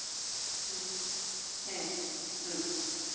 ᱦᱩᱸ ᱦᱮᱸ ᱦᱩᱸ